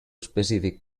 specific